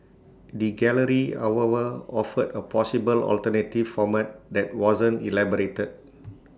the gallery however offered A possible alternative format that wasn't elaborated